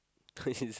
he's